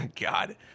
God